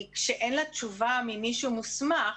כשאין לה תשובה ממישהו מוסמך,